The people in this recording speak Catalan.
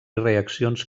reaccions